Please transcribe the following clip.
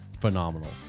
phenomenal